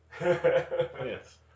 Yes